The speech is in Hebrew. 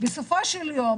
בסופו של דבר,